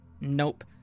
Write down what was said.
nope